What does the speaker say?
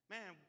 Man